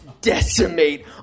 decimate